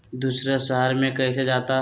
दूसरे शहर मे कैसे जाता?